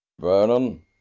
Vernon